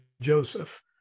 Joseph